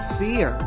fear